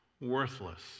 worthless